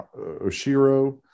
Oshiro